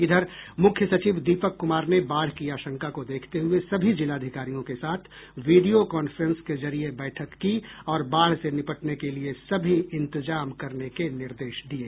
इधर मुख्य सचिव दीपक कुमार ने बाढ़ की आशंका को देखते हुए सभी जिलाधिकारियों के साथ वीडियो कांफ्रेंस के जरिये बैठक की और बाढ़ से निपटने के लिये सभी इंतजाम करने के निर्देश दिये